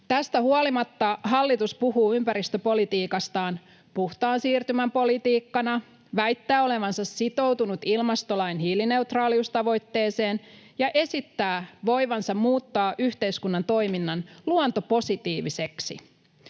Tästä huolimatta hallitus puhuu ympäristöpolitiikastaan puhtaan siirtymän politiikkana, väittää olevansa sitoutunut ilmastolain hiilineutraaliustavoitteeseen ja esittää voivansa muuttaa yhteiskunnan toiminnan luontopositiiviseksi.